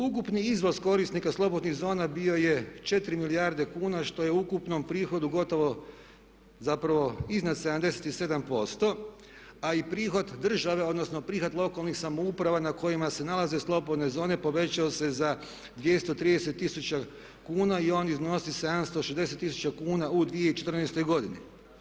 Ukupni iznos korisnika slobodnih zona bio je 4 milijarde kuna što je u ukupnom prihodu gotovo zapravo iznad 77%, a i prihod države odnosno prihod lokalnih samouprava na kojima se nalaze slobodne zone povećao se za 230 tisuća kuna i on iznosi 760 tisuća kuna u 2014. godini.